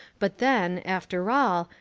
but then, after all,